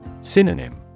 Synonym